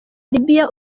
libiya